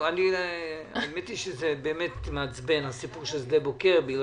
האמת היא שזה באמת מעצבן הסיפור של שדה-בוקר.